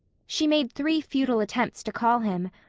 she made three futile attempts to call him.